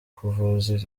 kuvuza